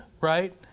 right